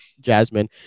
Jasmine